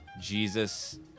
Jesus